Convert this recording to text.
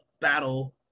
battle